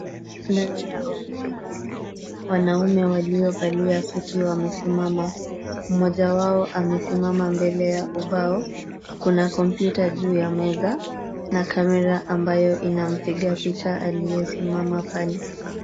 Ndani ya ofisi hili, wanaume waliovalia suti wamesimama. Mmoja wao amesimama mbele ya ubao. Kuna kompyuta juu ya meza na kamera ambayo inampiga picha aliesimama pale.